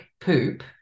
poop